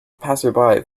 passersby